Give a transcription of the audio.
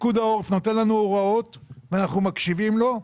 פיקוד העורף נותן לנו הוראות ואנחנו מקשיבים לו,